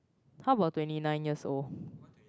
how about twenty nine years old